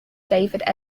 david